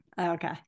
Okay